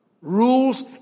Rules